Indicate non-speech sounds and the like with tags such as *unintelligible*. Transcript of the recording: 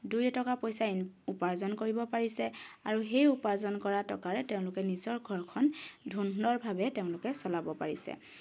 দুই এটকা পইচা ইন উপাৰ্জন কৰিব পাৰিছে আৰু সেই উপাৰ্জন কৰা টকাৰে তেওঁলকে নিজৰ ঘৰখন *unintelligible* সুন্দৰভাৱে তেওঁলোকে চলাব পাৰিছে